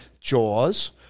Jaws